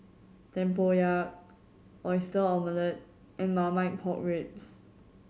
tempoyak Oyster Omelette and Marmite Pork Ribs